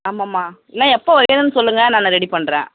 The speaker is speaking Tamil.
ஆமாம்மா இல்லைனா எப்போ வேணும்னு சொல்லுங்கள் நான் ரெடி பண்ணுறேன்